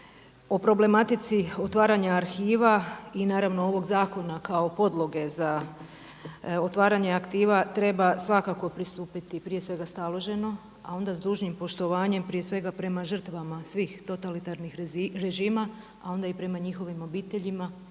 o problematici otvaranja arhiva i naravno, ovog zakona kao podloge za otvaranje arhiva treba svakako pristupiti prije svega staloženo, a onda s dužnim poštovanjem prije svega prema žrtvama totalitarnih režima, a onda i prema njihovim obiteljima